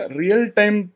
real-time